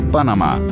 Panamá